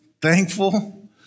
thankful